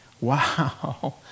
Wow